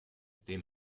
dem